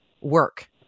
work